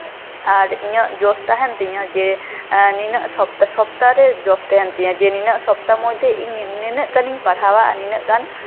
ᱟᱨ ᱤᱧᱟᱹᱜ ᱡᱚᱥ ᱛᱟᱦᱮᱸᱱ ᱛᱤᱧᱟᱹ ᱡᱮ ᱱᱤᱱᱟᱹᱜ ᱥᱚᱯᱛᱟᱨᱮ ᱥᱚᱯᱛᱟᱦᱚ ᱨᱮ ᱡᱚᱥ ᱛᱟᱦᱮᱸᱱ ᱛᱤᱧᱟ ᱡᱮ ᱱᱩᱱᱟᱹᱜ ᱥᱚᱯᱛᱟᱦᱚ ᱢᱚᱫᱽᱫᱷᱮ ᱤᱧ ᱱᱤᱱᱟᱹᱜ ᱜᱟᱱᱤᱧ ᱯᱟᱲᱦᱟᱣᱟ ᱱᱤᱱᱟᱹᱜ ᱜᱟᱱ